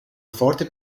forte